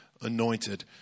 anointed